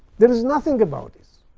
there is nothing about this.